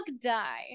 die